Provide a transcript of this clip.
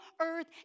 earth